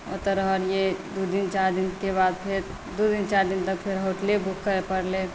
ओतऽ रहलिए दुइ दिन चारि दिनके बाद फेर दुइ दिन चारि दिन तक फेर होटले बुक करैलए पड़लै